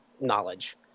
knowledge